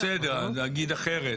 בסדר, אז להגיד אחרת.